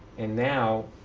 and now,